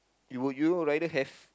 you would rather have